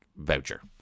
voucher